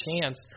chance